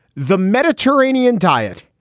the mediterranean diet.